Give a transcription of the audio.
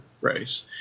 race